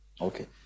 Okay